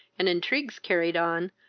and intrigues carried on,